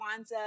Kwanzaa